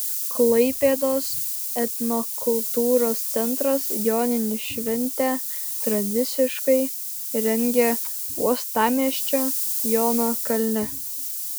klaipėdos etnokultūros centras joninių šventę tradiciškai rengia uostamiesčio jono kalne